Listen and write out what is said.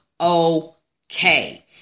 Okay